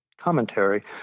commentary